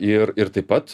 ir ir taip pat